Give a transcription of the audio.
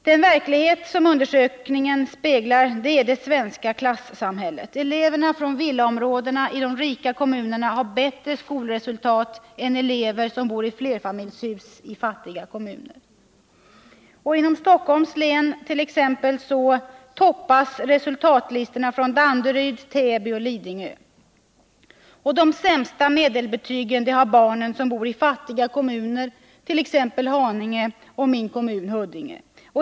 Den verklighet som undersökningen speglar är det svenska klassamhället. Elever från villaområden i rika kommuner har bättre skolresultat än elever som bor i flerfamiljshus i fattiga kommuner. Inom Stockholms län t.ex. toppas resultatlistorna av elever från Danderyd, Täby och Lidingö. De sämsta medelbetygen har barnen som bor i fattiga kommuner, t.ex. Haninge och min hemkommun Huddinge.